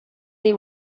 they